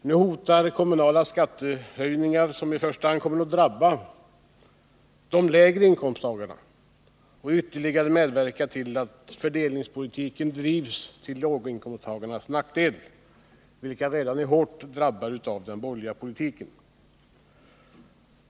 Nu hotar kommunala skattehöjningar, som i första hand kommer att drabba de lägre inkomsttagarna och ytterligare medverkar till att fördelningspolitiken drivs till nackdel för låginkomsttagarna, vilka redan är hårt drabbade av den borgerliga politiken.